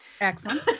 excellent